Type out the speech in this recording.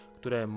które